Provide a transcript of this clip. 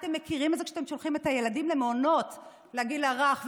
אתם מכירים את זה כשאתם שולחים את הילדים למעונות לגיל הרך.